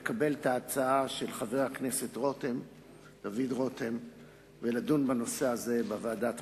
לקבל את ההצעה של חבר הכנסת דוד רותם ולדון בנושא הזה בוועדת החוקה,